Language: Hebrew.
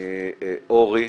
אוֹרי,